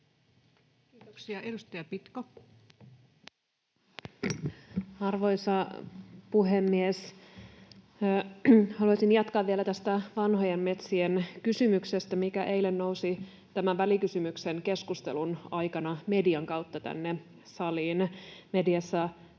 Time: 18:57 Content: Arvoisa puhemies! Haluaisin jatkaa vielä tästä vanhojen metsien kysymyksestä, mikä eilen nousi tämän välikysymyksen keskustelun aikana median kautta tänne saliin. Mediassa